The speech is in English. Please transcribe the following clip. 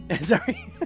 Sorry